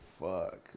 fuck